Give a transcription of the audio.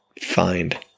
find